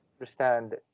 understand